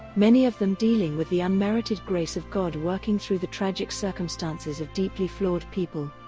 many of them dealing with the unmerited grace of god working through the tragic circumstances of deeply flawed people.